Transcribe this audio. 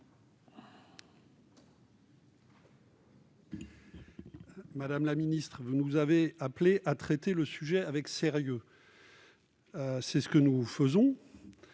Madame la ministre, vous nous appelez à traiter ce sujet avec sérieux : c'est ce que nous faisons,